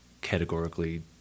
categorically